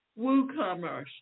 WooCommerce